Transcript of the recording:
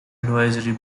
advisory